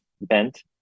bent